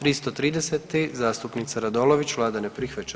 330. zastupnica Radolović, Vlada ne prihvaća.